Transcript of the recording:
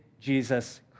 Jesus